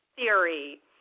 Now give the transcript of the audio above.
theory